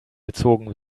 gezogen